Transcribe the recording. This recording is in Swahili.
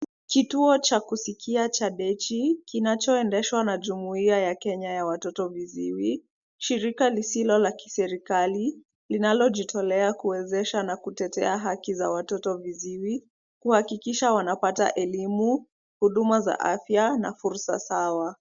Kituo cha kusikia cha Dechi kinaendeshwa na jumuia ya Kenya ya watoto viziwi. Shirika lisilo la kiserikali linatojitolea kuendea na kutetea watoto viziwi, kuhakikisha wanapata elimu, huduma za afya na fursa sawa.